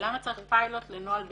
למה צריך פיילוט לנוהל בטיחות.